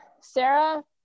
Sarah